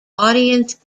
audience